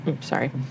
sorry